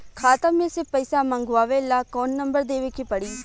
खाता मे से पईसा मँगवावे ला कौन नंबर देवे के पड़ी?